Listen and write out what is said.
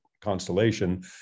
constellation